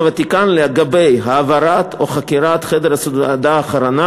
הוותיקן לגבי העברת או חכירת חדר הסעודה האחרונה